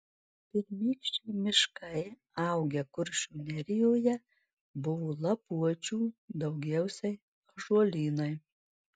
pirmykščiai miškai augę kuršių nerijoje buvo lapuočių daugiausiai ąžuolynai